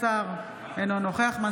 אינו נוכח גדעון סער,